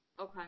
Okay